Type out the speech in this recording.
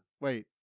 Wait